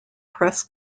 press